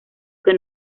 que